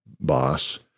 boss